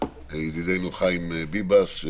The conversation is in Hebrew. ידידנו חיים ביבס.